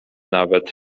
nawet